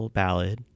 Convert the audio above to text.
ballad